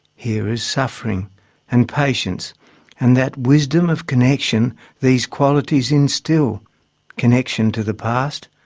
here is suffering and patience and that wisdom of connection these qualities instil connection to the past,